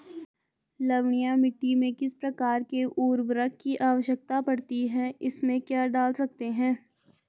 लवणीय मिट्टी में किस प्रकार के उर्वरक की आवश्यकता पड़ती है इसमें क्या डाल सकते हैं?